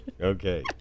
okay